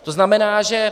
To znamená, že...